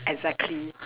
exactly